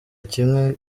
kimwe